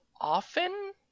often